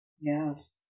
Yes